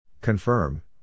Confirm